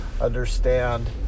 understand